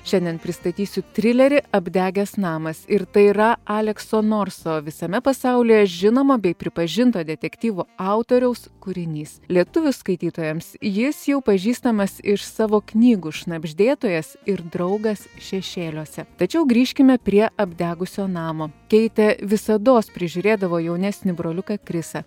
šiandien pristatysiu trilerį apdegęs namas ir tai yra alekso norso visame pasaulyje žinomo bei pripažinto detektyvo autoriaus kūrinys lietuvių skaitytojams jis jau pažįstamas iš savo knygų šnabždėtojas ir draugas šešėliuose tačiau grįžkime prie apdegusio namo keitė visados prižiūrėdavo jaunesnį broliuką krisą